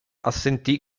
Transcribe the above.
assentì